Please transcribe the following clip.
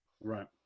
right